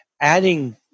adding